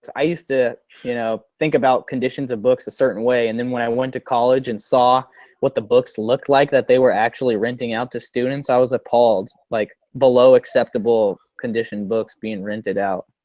i used to you know think about conditions of books a certain way and then when i went to college and saw what the books looked like that they were actually renting out to students. i was appalled, like below acceptable condition books being rented out.